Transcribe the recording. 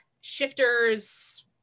shifters